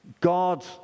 God